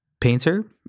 painter